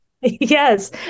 Yes